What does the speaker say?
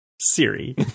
Siri